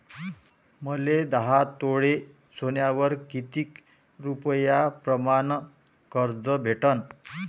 मले दहा तोळे सोन्यावर कितीक रुपया प्रमाण कर्ज भेटन?